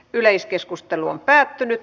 yleiskeskustelua ei syntynyt